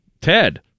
Ted